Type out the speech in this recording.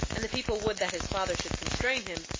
and the people would that his father should constrain him,